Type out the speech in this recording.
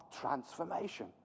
transformation